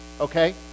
okay